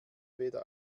weder